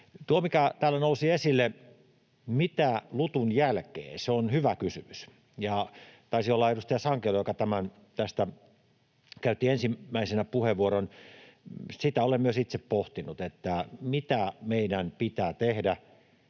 Tuo, mikä täällä nousi esille, että mitä LUTUn jälkeen, on hyvä kysymys, ja taisi olla edustaja Sankelo, joka tästä käytti ensimmäisenä puheenvuoron. Sitä olen myös itse pohtinut, mitä meidän pitää tehdä,